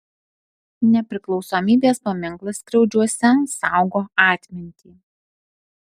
nepriklausomybės paminklas skriaudžiuose saugo atmintį